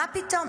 מה פתאום?